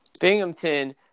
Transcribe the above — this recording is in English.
Binghamton